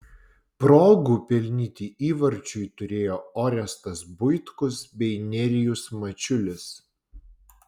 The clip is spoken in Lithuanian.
progų pelnyti įvarčiui turėjo orestas buitkus bei nerijus mačiulis